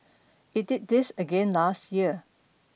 it did this again last year